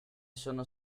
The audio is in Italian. sono